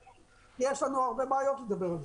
יש לנו הרבה בעיות לדבר עליהן.